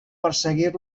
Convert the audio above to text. perseguir